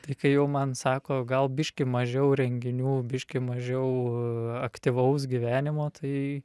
tai kai jau man sako gal biškį mažiau renginių biškį mažiau aktyvaus gyvenimo tai